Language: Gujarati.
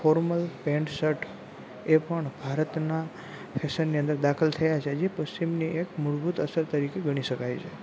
ફોર્મલ પેન્ટ શર્ટ એ પણ ભારતના ફેશનની અંદર દાખલ થયા છે એ હજી પશ્ચિમની એક મૂળભૂત અસર તરીકે ગણી શકાય છે